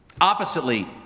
Oppositely